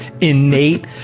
innate